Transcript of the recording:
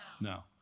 No